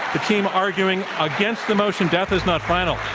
the team arguing against the motion death is not final,